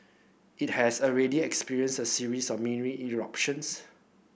it has already experienced a series of mini eruptions